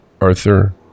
Arthur